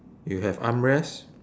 you have armrest